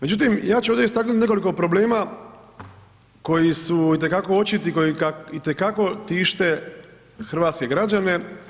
Međutim ja ću ovdje istaknuti nekoliko problema koji su itekako očiti, koji itekako tište hrvatske građane.